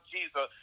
Jesus